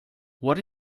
what